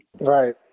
Right